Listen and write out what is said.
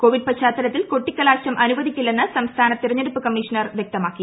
Covid പശ്ചാത്തലത്തിൽ കൊട്ടിക്ക ലാശം അനുവദിക്കില്ലെന്ന് സംസ്ഥാന തെരഞ്ഞെടുപ്പ് കമ്മീഷണർ വ്യക്തമാക്കി